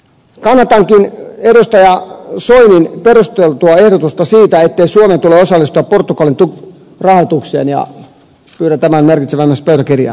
kannatankin edustaja soinin perusteltua ehdotusta siitä ettei suomen tule osallistua portugali tuen rahoitukseen ja pyydän tämän merkitsemään myös pöytäkirjaan